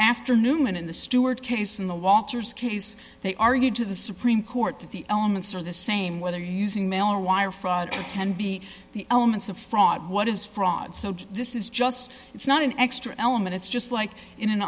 newman in the stewart case in the waters case they argued to the supreme court that the elements are the same whether using mail or wire fraud to tenby the elements of fraud what is fraud so this is just it's not an extra element it's just like in an